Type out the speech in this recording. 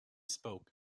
spoke